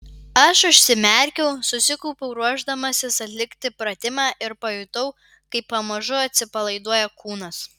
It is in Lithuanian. aš užsimerkiau susikaupiau ruošdamasis atlikti pratimą ir pajutau kaip pamažu atsipalaiduoja kūnas